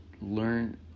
learn